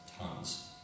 tons